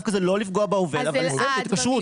כזה לא לפגוע בעובד ולסיים את ההתקשרות.